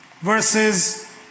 Versus